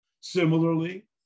similarly